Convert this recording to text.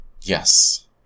Yes